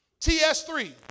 TS3